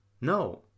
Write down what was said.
no